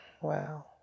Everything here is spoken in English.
Wow